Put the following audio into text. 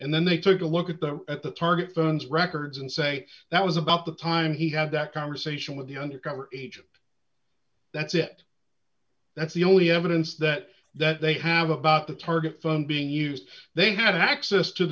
and then they took a look at the at the target phone's records and say that was about the time he had that conversation with the undercover agent that's it that's the only evidence that that they have about the target phone being used they had access to